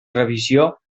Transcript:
revisió